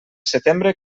setembre